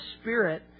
spirit